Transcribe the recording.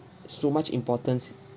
so much importance